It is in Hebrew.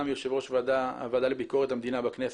יושב-ראש הוועדה לביקורת המדינה בכנסת,